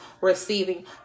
receiving